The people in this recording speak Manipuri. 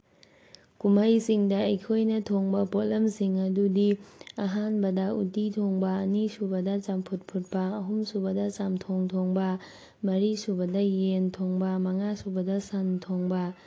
ꯀꯨꯝꯍꯩꯁꯤꯡꯗ ꯑꯩꯈꯣꯏꯅ ꯊꯣꯡꯕ ꯄꯣꯠꯂꯝꯁꯤꯡ ꯑꯗꯨꯗꯤ ꯑꯍꯥꯟꯕꯗ ꯎꯇꯤ ꯊꯣꯡꯕ ꯑꯅꯤꯁꯨꯕꯗ ꯆꯝꯐꯨꯠ ꯐꯨꯠꯄ ꯑꯍꯨꯝ ꯁꯨꯕꯗ ꯆꯝꯊꯣꯡ ꯊꯣꯡꯕ ꯃꯔꯤ ꯁꯨꯕꯗ ꯌꯦꯟ ꯊꯣꯡꯕ ꯃꯉꯥ ꯁꯨꯕꯗ ꯁꯟ ꯊꯣꯡꯕ